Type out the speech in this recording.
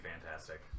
fantastic